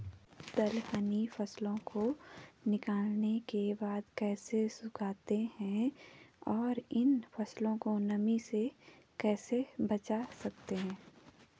दलहनी फसलों को निकालने के बाद कैसे सुखाते हैं और इन फसलों को नमी से कैसे बचा सकते हैं?